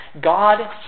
God